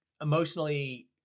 emotionally